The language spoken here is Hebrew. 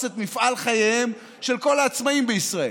את מפעל חייהם של כל העצמאים בישראל.